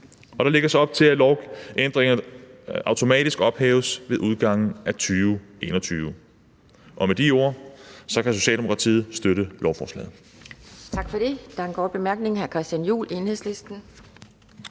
Og der lægges op til, at lovændringerne automatisk ophæves ved udgangen af 2021. Med de ord kan Socialdemokratiet støtte lovforslaget. Kl. 12:21 Anden næstformand (Pia Kjærsgaard): Tak for det. Der er en kort bemærkning. Hr. Christian Juhl, Enhedslisten.